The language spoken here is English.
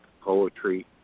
poetry